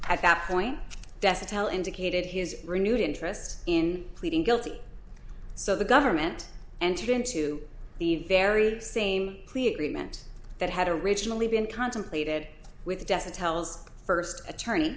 at that point death tell indicated his renewed interest in pleading guilty so the government entered into the very same plea agreement that had originally been contemplated with the death of tells first attorney